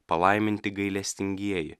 palaiminti gailestingieji